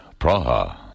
Praha